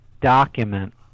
document